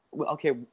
Okay